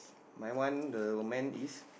my one the woman is